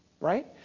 right